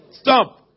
Stop